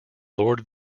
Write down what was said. lord